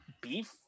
Beef